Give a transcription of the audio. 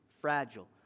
fragile